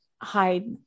hide